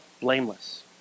blameless